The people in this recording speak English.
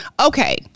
Okay